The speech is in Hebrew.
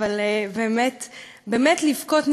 אבל באמת לבכות.